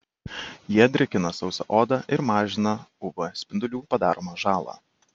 jie drėkina sausą odą ir mažina uv spindulių padaromą žalą